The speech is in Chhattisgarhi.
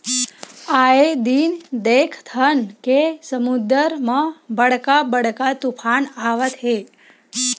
आए दिन देखथन के समुद्दर म बड़का बड़का तुफान आवत हे